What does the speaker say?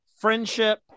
friendship